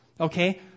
okay